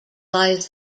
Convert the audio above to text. lies